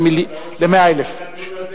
ל-100,000.